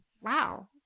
wow